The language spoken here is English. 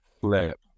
flip